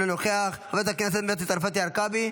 אינו נוכח, חברת הכנסת מטי צרפתי הרכבי,